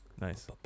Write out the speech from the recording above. nice